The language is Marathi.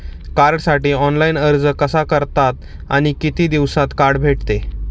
कार्डसाठी ऑनलाइन अर्ज कसा करतात आणि किती दिवसांत कार्ड भेटते?